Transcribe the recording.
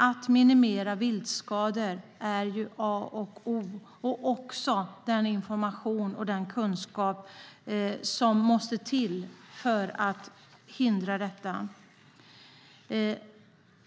Att minimera viltskador är A och O liksom den information och kunskap som måste till för att förhindra dessa.